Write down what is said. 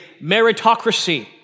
meritocracy